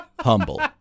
Humble